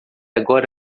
agora